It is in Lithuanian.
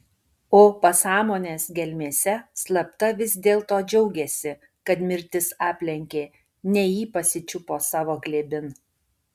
o pasąmonės gelmėse slapta vis dėlto džiaugėsi kad mirtis aplenkė ne jį pasičiupo savo glėbin